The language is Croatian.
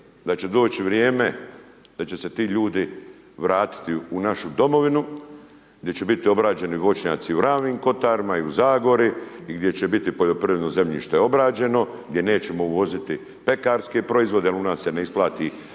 da će doći vrijeme da će se ti ljudi vratiti u našu domovinu, gdje će biti obrađeni voćnjaci u ravnim kotarima i u Zagori gdje će biti poljoprivredno zemljište obrađeno, gdje nećemo uvoziti pekarske proizvode jer u nas se ne isplati